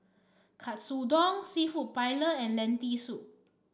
Katsudon seafood Paella and Lentil Soup